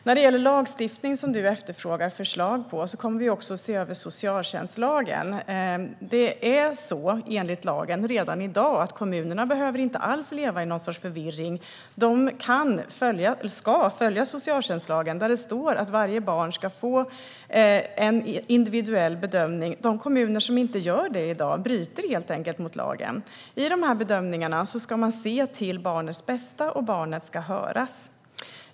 När det gäller lagstiftning, som Tina Ghasemi efterfrågar förslag på, kommer vi också att se över socialtjänstlagen. Redan i dag är det enligt lagen så att kommunerna inte alls behöver leva i någon sorts förvirring. De ska följa socialtjänstlagen, där det står att varje barn ska få en individuell bedömning. De kommuner som inte gör så i dag bryter helt enkelt mot lagen. I bedömningarna ska man se till barnets bästa, och barnet ska höras.